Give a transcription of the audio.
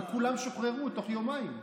וכולם שוחררו תוך יומיים.